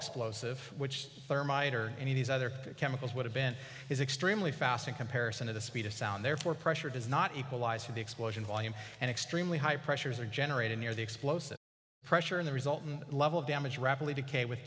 explosive which thermite or any of these other chemicals would have been is extremely fast in comparison to the speed of sound therefore pressure does not equalize for the explosion volume and extremely high pressures are generated near the explosive pressure in the resultant level of damage rapidly became with